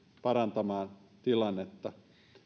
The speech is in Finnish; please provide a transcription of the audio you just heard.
parantamaan tilannetta